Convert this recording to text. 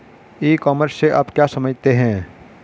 ई commerce से आप क्या समझते हैं?